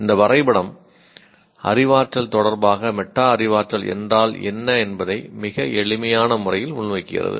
இந்த வரைபடம் அறிவாற்றல் தொடர்பாக மெட்டா அறிவாற்றல் என்றால் என்ன என்பதை மிக எளிமையான முறையில் முன்வைக்கிறது